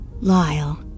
Lyle